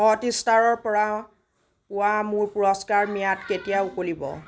হটষ্টাৰৰ পৰা পোৱা মোৰ পুৰস্কাৰৰ ম্যাদ কেতিয়া উকলিব